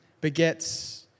begets